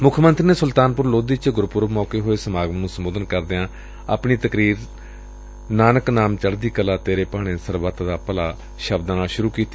ਮੁੱਖ ਮੰਤਰੀ ਨੇ ਸੁਲਤਾਨਪੁਰ ਲੋਧੀ ਚ ਗੁਰਪੁਰਬ ਮੌਕੇ ਹੋਏ ਸਮਾਗਮ ਨੂੰ ਸੰਬੋਧਨ ਕਰਦਿਆਂ ਆਪਣੀ ਤਕਰੀਰ ਨਾਨਕ ਨਾਮ ਚੜਦੀ ਕਲਾ ਤੇਰੇ ਭਾਣੇ ਸਰਬਤ ਦਾ ਭਲਾ ਸ਼ਬਦਾਂ ਨਾਲ ਸੂਰੁ ਕੀਤੀ